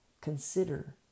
consider